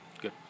Good